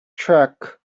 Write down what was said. track